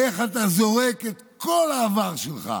איך אתה זורק את כל העבר שלך,